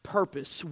purpose